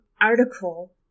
article